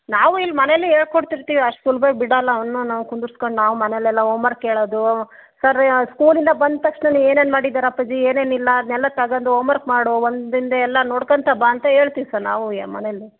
ನಾವು ಇಲ್ಲಿ ಮನೇಲಿ ಹೇಳ್ಕೊಡ್ತಿರ್ತೀವಿ ಅಷ್ಟು ಸುಲಭ ಆಗಿ ಬಿಡಲ್ಲ ಅವನ್ನ ನಾವು ಕುಂದರ್ಸ್ಕೊಂಡು ನಾವು ಮನೇಲಿ ಎಲ್ಲ ಓಮರ್ಕ್ ಹೇಳದು ಸರ್ ಸ್ಕೂಲಿಂದ ಬಂದ ತಕ್ಷಣನೆ ಏನೇನು ಮಾಡಿದ್ದಾರೆ ಅಪ್ಪಾಜಿ ಏನೇನು ಇಲ್ಲ ಅದನ್ನೆಲ್ಲ ತಗಂಡು ಹೋಮ್ವರ್ಕ್ ಮಾಡು ಒಂದು ಹಿಂದೆ ಎಲ್ಲ ನೋಡ್ಕೊಂತ ಬಾ ಅಂತ ಹೇಳ್ತಿವ್ ಸರ್ ನಾವು ಮನೇಲಿ